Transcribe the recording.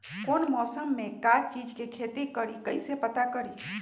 कौन मौसम में का चीज़ के खेती करी कईसे पता करी?